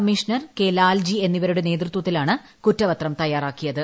commissioner K Lalji എന്നിവരുടെ നേതൃത്വത്തിലാണ് കുറ്റപത്രം തയ്യാറാക്കിയത്